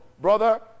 Brother